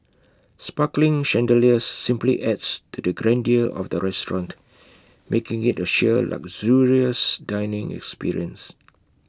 sparkling chandeliers simply adds to the grandeur of the restaurant making IT A sheer luxurious dining experience